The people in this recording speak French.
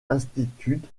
institute